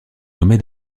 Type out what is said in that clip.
nommées